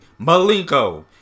Malenko